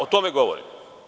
O tome govorim.